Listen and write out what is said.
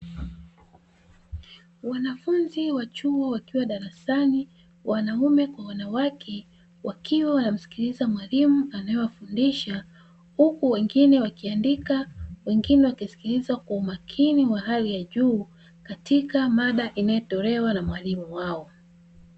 Wanafunzi wa chuo wakiwa darasani, wanaume kwa wanawake wakiwa wanamsikiliza mwalimu anayewafundisha. Huku wengine wakiandika na wengine wakisikiliza kwa umakini wa hali ya juu katika mada inayotolewa na mwalimu wao.